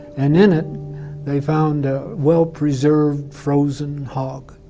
and in it they found a well-preserved frozen hog.